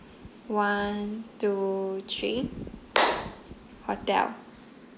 one two three hotel